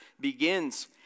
begins